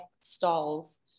stalls